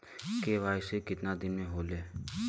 KYC कितना दिन में होले?